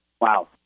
Wow